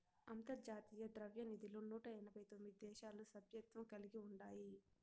అంతర్జాతీయ ద్రవ్యనిధిలో నూట ఎనబై తొమిది దేశాలు సభ్యత్వం కలిగి ఉండాయి